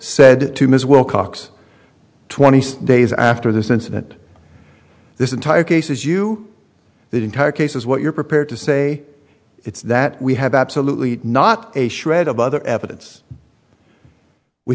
said to mr wilcox twenty days after this incident this entire case is you that entire case is what you're prepared to say it's that we have absolutely not a shred of other evidence we